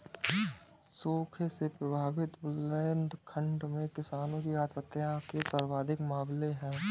सूखे से प्रभावित बुंदेलखंड में किसानों की आत्महत्या के सर्वाधिक मामले है